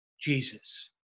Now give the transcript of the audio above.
Jesus